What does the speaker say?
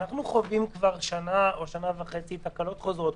אנחנו חווים כבר שנה או שנה וחצי תקלות חוזרות.